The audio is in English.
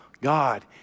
God